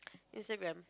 instagram